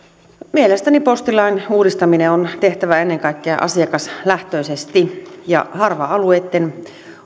mielestäni postilain uudistaminen on tehtävä ennen kaikkea asiakaslähtöisesti ja harva alueitten